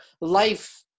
life